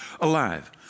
alive